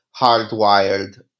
hardwired